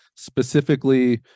specifically